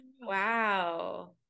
Wow